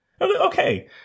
Okay